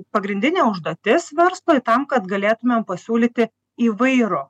pagrindinė užduotis verslui tam kad galėtumėm pasiūlyti įvairų